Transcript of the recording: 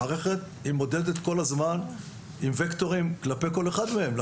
המערכת מודדת כל הזמן עם וקטורים כלפי כל אחד מהם.